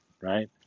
right